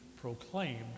proclaimed